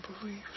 beliefs